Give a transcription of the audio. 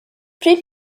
pryd